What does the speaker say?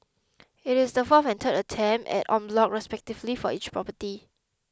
it is the fourth and third attempt at en bloc respectively for each property